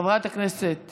חברת הכנסת